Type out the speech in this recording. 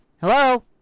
hello